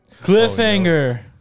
Cliffhanger